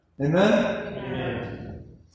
Amen